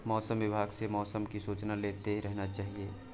मौसम विभाग से मौसम की सूचना लेते रहना चाहिये?